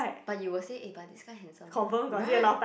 but you will say eh but this guy handsome right